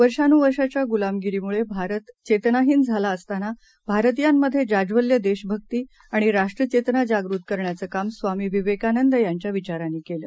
वर्षानुवर्षांच्यागुलामीगिरीमुळेभारतचेतनाहीनझालाअसताना भारतीयांमध्येजाज्वल्यदेशभक्तीआणिराष्ट्रचेतनाजागृतकरण्याचंकामस्वामीविवेकानंदयांच्याविचारांनीकेलं